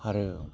आरो